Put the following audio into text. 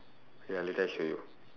ya later I show you